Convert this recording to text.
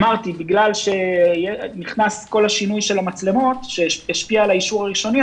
אמרתי בגלל שנכנס כל השינוי של המצלמות שהשפיע על האישור הראשוני,